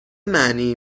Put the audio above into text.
معنی